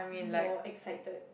more excited